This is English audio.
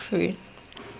true